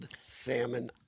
salmon